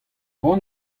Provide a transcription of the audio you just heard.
poan